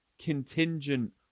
contingent